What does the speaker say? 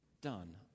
done